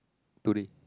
today